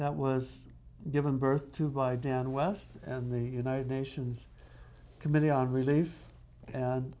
that was given birth to by dan west and the united nations committee on relief and